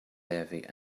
heavy